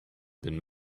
been